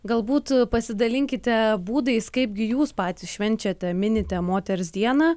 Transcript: galbūt pasidalinkite būdais kaipgi jūs patys švenčiate minite moters dieną